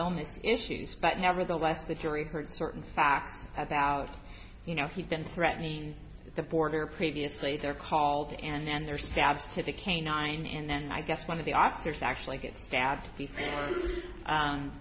illness issues but nevertheless the jury heard certain facts about you know he's been threatening the border previously they're called and they're stabs to the canine and then i guess one of the officers actually gets